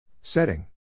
Setting